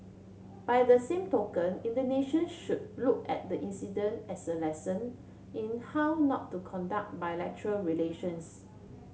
by the same token Indonesian should look at the incident as a lesson in how not to conduct bilateral relations